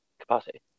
capacity